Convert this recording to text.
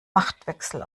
machtwechsel